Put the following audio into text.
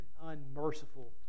unmerciful